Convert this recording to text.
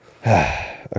Okay